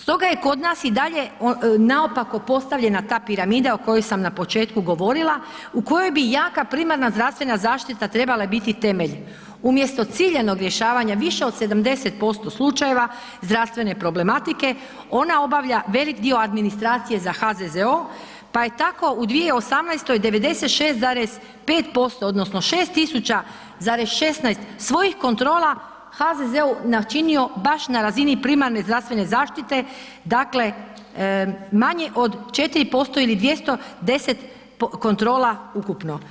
Stoga je kod nas i dalje naopako postavljena ta piramida o kojoj sam na početku govorila u kojoj bi jaka primarna zdravstvena zaštita trebala biti temelj umjesto ciljanog rješavanja više od 70% slučajeva zdravstvene problematike ona obavlja velik dio administracije za HZZO pa je tako u 2018. 96,5% odnosno 6 tisuća zarez 16 svojih kontrola HZZO-u načinio baš na razini primarne zdravstvene zaštite, dakle manje od 4% ili 210 kontrola ukupno.